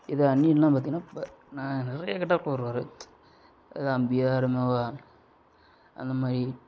இது அந்நியன்லாம் பார்த்தீங்கனா நிறைய கெட்டப்பில் வருவார் அம்பியாக ரெமோவாக அந்த மாதிரி